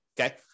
Okay